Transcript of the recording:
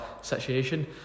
situation